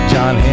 John